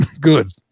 good